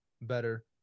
better